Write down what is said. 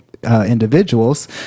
Individuals